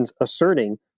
asserting